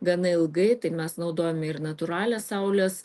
gana ilgai tai mes naudojame ir natūralią saulės